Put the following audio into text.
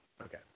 Okay